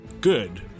good